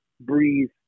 breathe